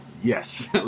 yes